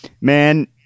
man